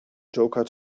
joker